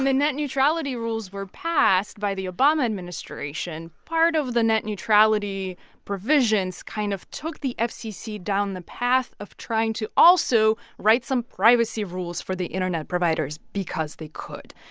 um and net neutrality rules were passed by the obama administration, part of the net neutrality provisions kind of took the fcc down the path of trying to also write some privacy rules for the internet providers because they could.